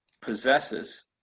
possesses